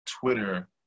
twitter